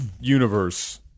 universe